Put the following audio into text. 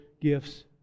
gifts